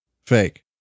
Fake